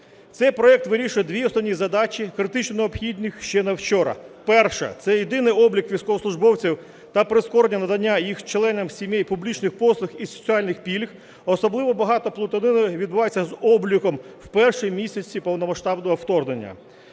Цей проект вирішує дві основні задачі, критично необхідних ще на вчора. Перша. Це єдиний облік військовослужбовців та прискорення надання їх членам сімей публічних послуг і соціальних пільг, особливо багато плутанини відбувається з обліком в перші місяці повномасштабного вторгнення.